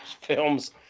films